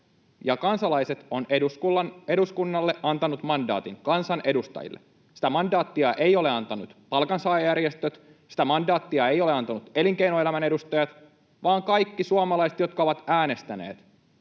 kansalaiset ovat eduskunnalle antaneet mandaatin, kansanedustajille. Sitä mandaattia eivät ole antaneet palkansaajajärjestöt, sitä mandaattia eivät ole antaneet elinkeinoelämän edustajat, vaan kaikki suomalaiset, jotka ovat äänestäneet.